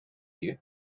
you